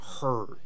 heard